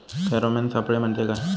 Pheromone सापळे म्हंजे काय?